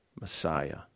Messiah